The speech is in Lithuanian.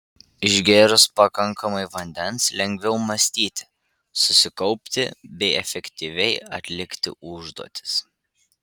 išgėrus pakankamai vandens lengviau mąstyti susikaupti bei efektyviai atlikti užduotis